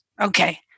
Okay